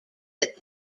that